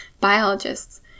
biologists